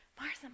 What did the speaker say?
Martha